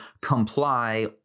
comply